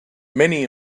many